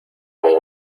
con